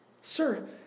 Sir